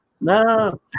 No